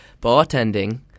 bartending